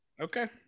Okay